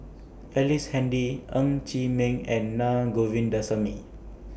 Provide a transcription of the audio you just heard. Ellice Handy Ng Chee Meng and Na Govindasamy